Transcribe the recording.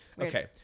Okay